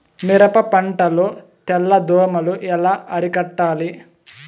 మిరప పంట లో తెల్ల దోమలు ఎలా అరికట్టాలి?